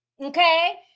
Okay